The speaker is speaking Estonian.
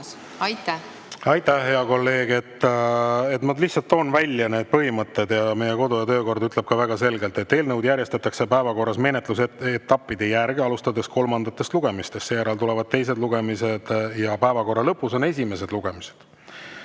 palun! Aitäh, hea kolleeg! Ma lihtsalt toon välja need põhimõtted. Meie kodu- ja töökord ütleb ka väga selgelt, et eelnõud järjestatakse päevakorras menetlusetappide järgi, alustades kolmandatest lugemistest, seejärel tulevad teised lugemised ja päevakorra lõpus on esimesed lugemised.